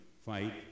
fight